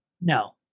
no